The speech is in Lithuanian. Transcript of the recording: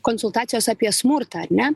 konsultacijos apie smurtą ane